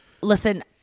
listen